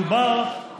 תקרא את החלטת הממשלה.